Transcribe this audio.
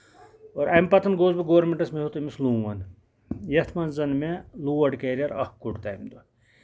اَمہِ پَتہٕ گوٚوَس بہٕ گورمِنٹَس مےٚ ہیوت أمِس لون یَتھ منٛز زَن مےٚ لوڈ کیریر اکھ کوٚڑ تَمہِ دۄہ